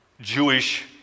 Jewish